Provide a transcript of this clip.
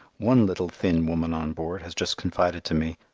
one little thin woman on board has just confided to me,